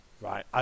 right